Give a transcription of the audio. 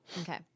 Okay